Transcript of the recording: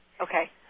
Okay